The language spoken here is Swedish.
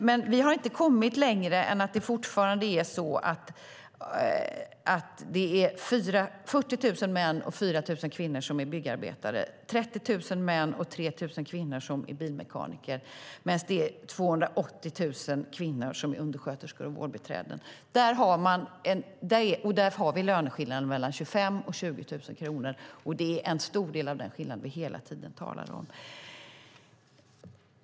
Men vi har inte kommit längre än att det fortfarande är så att 40 000 män och 4 000 kvinnor är byggarbetare och att 30 000 män och 3 000 kvinnor är bilmekaniker, medan det är 280 000 kvinnor som är undersköterskor och vårdbiträden. Där har vi löneskillnader mellan 20 000 och 25 000 kronor, och det är en stor del av den skillnaden vi hela tiden talar om.